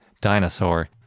dinosaur